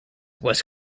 was